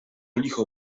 licho